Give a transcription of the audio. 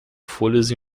folhas